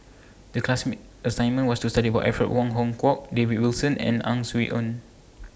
The class assignment was to study about Alfred Wong Hong Kwok David Wilson and Ang Swee Aun